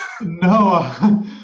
No